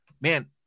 man